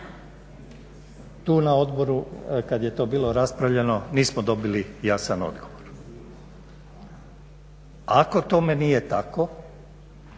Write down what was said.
je na odboru, kada je to bilo raspravljeno, nismo dobili jasan odgovor. Ako tome nije tako,